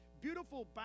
beautiful